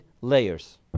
layers